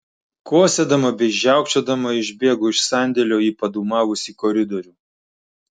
kosėdama bei žiaukčiodama išbėgu iš sandėlio į padūmavusį koridorių